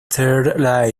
there